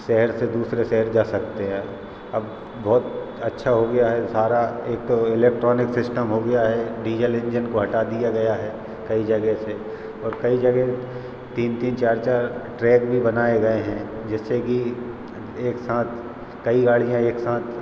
शहर से दूसरे शहर जा सकते हैं अब बहुत अच्छा हो गया है सारा एक तो एलेक्ट्रॉनिक सिस्टम हो गया है डीजल इंजन को हटा दिया गया है कई जगह से और कई जगह तीन तीन चार चार ट्रेक भी बनाए गए हैं जिससे कि एक साथ कई गाड़ियां एक साथ